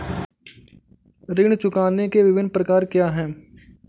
ऋण चुकाने के विभिन्न प्रकार क्या हैं?